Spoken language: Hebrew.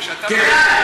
כן.